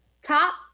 Top